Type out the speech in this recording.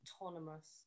autonomous